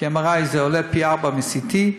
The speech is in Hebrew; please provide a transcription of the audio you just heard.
כי MRI עולה פי-ארבעה מ-CT,